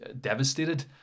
devastated